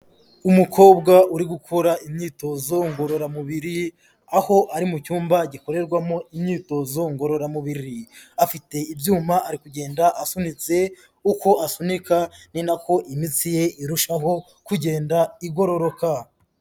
Umukobwa uri gukora imyitozo ngororamubiri, aho ari mu cyumba gikorerwamo imyitozo ngororamubiri, afite ibyuma ari kugenda asunitse, uko asunika ni na ko imitsi ye irushaho kugenda igororoka.